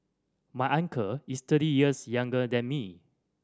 my uncle is thirty years younger than me